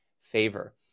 favor